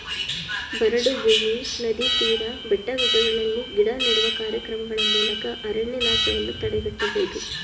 ಬರಡು ಭೂಮಿ, ನದಿ ತೀರ, ಬೆಟ್ಟಗುಡ್ಡಗಳಲ್ಲಿ ಗಿಡ ನೆಡುವ ಕಾರ್ಯಕ್ರಮಗಳ ಮೂಲಕ ಅರಣ್ಯನಾಶವನ್ನು ತಡೆಗಟ್ಟಬೋದು